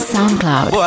SoundCloud